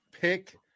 pick